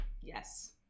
yes